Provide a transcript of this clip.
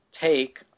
take